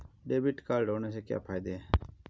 Debit card होने के क्या फायदे हैं?